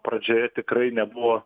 pradžioje tikrai nebuvo